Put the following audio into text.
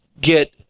get